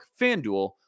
FanDuel